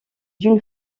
d’une